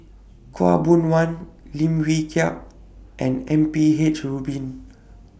Khaw Boon Wan Lim Wee Kiak and M P H Rubin